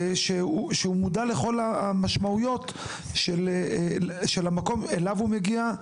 ושהוא מודע לכל המשמעויות של המקום אליו הוא מגיע?